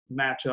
matchup